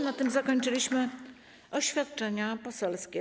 Na tym zakończyliśmy oświadczenia poselskie.